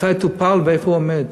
מתי טופל ואיפה זה עומד.